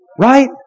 Right